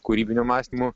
kūrybiniu mąstymu